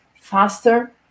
faster